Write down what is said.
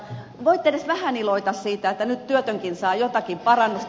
voitte edes vähän iloita siitä että nyt työtönkin saa jotakin parannusta